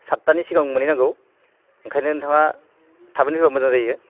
सादथानि सिगां मोनहैनांगौ ओंखायनो नोंथाङा थाबैनो फैबा मोजां जायो